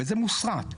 וזה מוסרט,